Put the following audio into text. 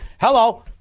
Hello